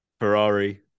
Ferrari